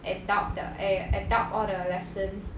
adopt the eh adopt all the lessons